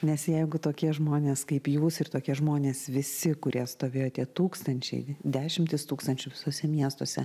nes jeigu tokie žmonės kaip jūs ir tokie žmonės visi kurie stovėjo tie tūkstančiai dešimtys tūkstančių visuose miestuose